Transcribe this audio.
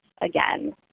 again